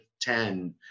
ten